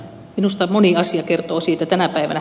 minusta moni asia kertoo siitä tänä päivänä